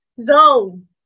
zone